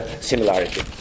similarity